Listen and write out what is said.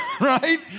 Right